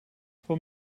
voor